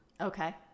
Okay